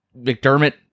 McDermott